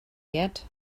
yet